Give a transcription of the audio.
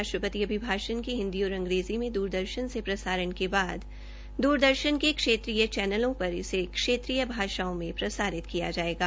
राष्ट्रपति अभिभाषण के हिन्दी औश्न अंग्रेजी में द्रदर्शन से प्रसारण के बाद द्रदर्शन के क्षेत्रीय चैनलों पर इसे क्षेत्रीय भाषाओं में प्रसारित किया जायेगा